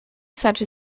such